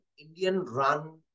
Indian-run